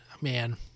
Man